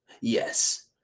Yes